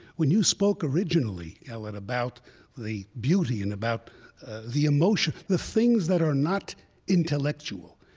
when you spoke originally, khaled, about the beauty and about the emotion, the things that are not intellectual,